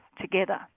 together